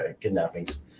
kidnappings